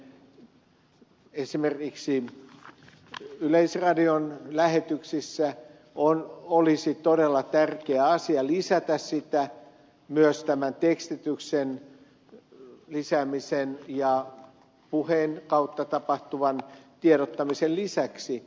viittomien tarjoamista esimerkiksi yleisradion lähetyksissä olisi todella tärkeää lisätä myös tekstityksen lisäämisen ja puheen kautta tapahtuvan tiedottamisen lisäksi